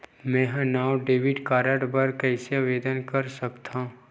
मेंहा नवा debit card बर कैसे आवेदन कर सकथव?